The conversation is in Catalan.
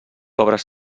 obres